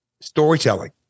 storytelling